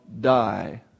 die